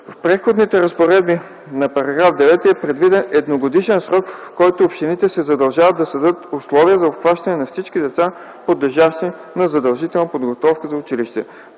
В Преходните разпоредби на § 9 е предвиден едногодишен срок, в който общините се задължават да създадат условия за обхващане на всички деца, подлежащи на задължителна подготовка за училище.